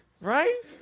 Right